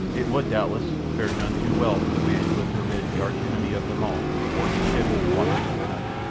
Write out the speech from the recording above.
it would, doubtless, fare none too well for the man who had permitted the arch enemy of them all aboard the ship in the watches of the night,